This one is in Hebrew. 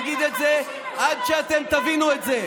אני אגיד את זה עד שאתם תבינו את זה,